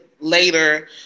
later